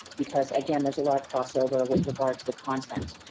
because again, there's a lot of crossover with regard to the content.